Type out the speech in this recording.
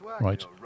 right